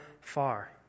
far